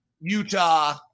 utah